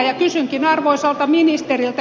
kysynkin arvoisalta ministeriltä